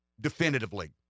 definitively